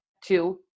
two